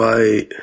Right